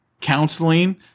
counseling